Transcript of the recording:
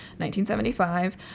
1975